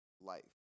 Life